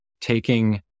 taking